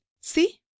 See